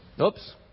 Oops